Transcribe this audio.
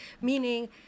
meaning